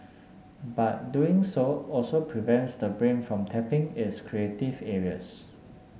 but doing so also prevents the brain from tapping its creative areas